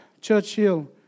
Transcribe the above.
Churchill